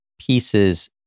pieces